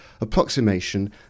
Approximation